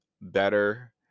better